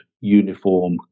uniform